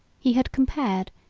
he had compared,